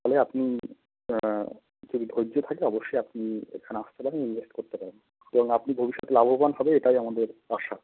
ফলে আপনি যদি ধৈর্য থাকে অবশ্যই আপনি এখানে আসতে পারেন ইনভেস্ট করতে পারেন এবং আপনি ভবিষ্যতে লাভবান হবেন এটাই আমাদের আশা